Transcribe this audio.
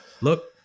look